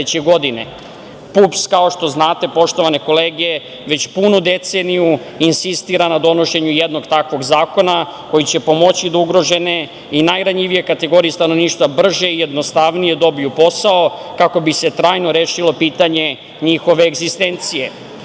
godine. Kao što znate, PUPS, poštovane kolege već punu deceniju insistira na donošenju jednog takvog zakona koji će pomoći da ugrožene i najranjivije kategorije stanovništva brže i jednostavnije dobiju posao, kako bi se trajno rešilo pitanje njihove egzistencije.